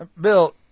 Bill